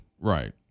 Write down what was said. Right